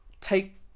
take